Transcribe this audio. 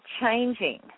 changing